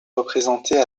représentés